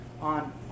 on